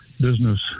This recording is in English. business